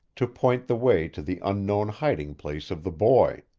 to point the way to the unknown hiding-place of the boy.